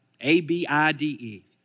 A-B-I-D-E